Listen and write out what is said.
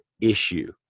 issue